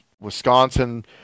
Wisconsin